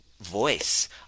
voice